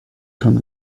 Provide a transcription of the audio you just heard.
schon